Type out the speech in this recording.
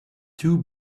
two